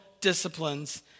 disciplines